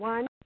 One